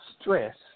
stress